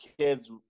kids